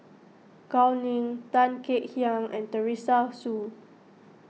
Gao Ning Tan Kek Hiang and Teresa Hsu